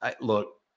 look